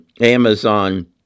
Amazon